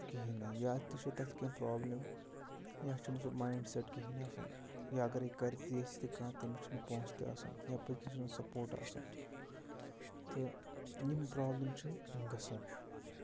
کِہیٖنۍ نَے یا تہِ چھُ تَتھ کیٚنٛہہ پرٛابلِم یا چھُنہٕ سُہ مایِنٛڈ سٮ۪ٹ کِہیٖنۍ آسان یا اَگرَے کَرِ تہِ ییٚژھِ تہِ کانٛہہ تٔمِس چھُنہٕ پونٛسہٕ تہِ آسان یا پٔتۍ کِنۍ چھُنہٕ سَپوٹ آسان تہٕ یِم پرٛابلِم چھِ گژھان